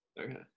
Okay